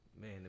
Man